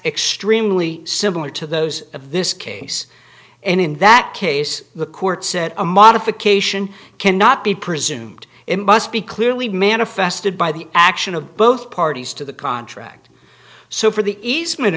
extremely similar to those of this case and in that case the court said a modification cannot be presumed it must be clearly manifested by the action of both parties to the contract so for the ease